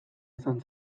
izan